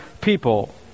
people